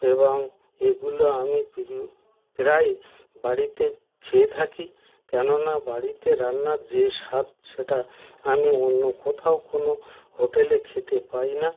এবং এগুলো আমি প্রিয় প্রায় বাড়িতে খেয়ে থাকি কেননা বাড়িতে রান্নার যে স্বাদ সেটা আমি অন্য কোথাও কোনো হোটেলে খেতে পাই না